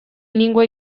lingua